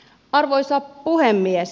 arvoisa puhemies